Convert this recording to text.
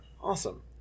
Awesome